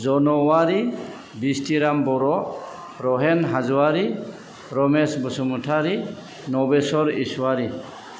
जन' अवारि बिस्थिराम बर' रहेन हाज'वारि रमेस बसुमथारि नबेसर इस'वारि